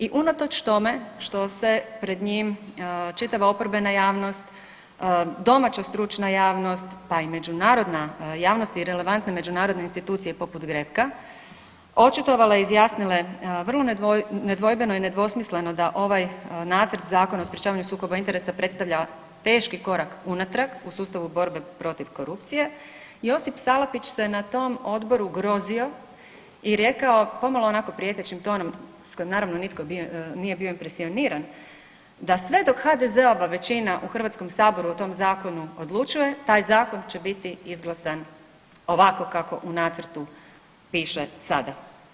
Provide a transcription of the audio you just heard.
I unatoč tome, što se pred njim čitava oporbena javnost, domaća stručna javnost, pa i međunarodna javnost i relevantne međunarodne institucije poput GREK-a, očitovale i izjasnile vrlo nedvojbeno i nedvosmisleno da ovaj nacrt zakona o sprječavanju sukoba interesa predstavlja teški korak unatrag u sustavu borbe protiv korupcije, Josip Salapić se na tom odboru grozio i rekao pomalo onako prijetećim tonom, s kojim naravno nitko nije bio impresioniran, da sve dok HDZ-ova većina u Hrvatskom saboru o tom zakonu odlučuje taj zakon će biti izglasan ovako kako u nacrtu piše sada.